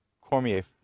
Cormier